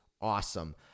awesome